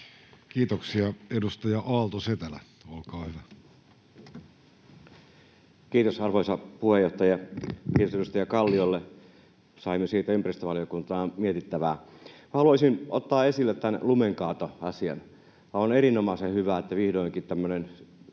liittyviksi laeiksi Time: 15:49 Content: Kiitos, arvoisa puheenjohtaja! Kiitos edustaja Kalliolle, saimme siitä ympäristövaliokuntaan mietittävää. Haluaisin ottaa esille tämän lumenkaatoasian. Aivan erinomaisen hyvä, että vihdoinkin tämmöinen